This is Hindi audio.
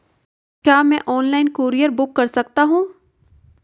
क्या मैं ऑनलाइन कूरियर बुक कर सकता हूँ?